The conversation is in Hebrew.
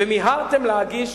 ומיהרתם להגיש